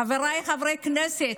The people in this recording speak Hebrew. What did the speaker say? חבריי חברי הכנסת,